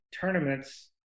tournaments